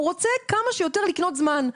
הוא רוצה כמה שיותר לקנות זמן.